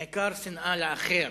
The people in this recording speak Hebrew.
בעיקר שנאה לאחר,